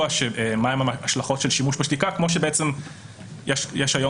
של מה הן ההשלכות של שימוש בשתיקה כמו שבעצם יש היום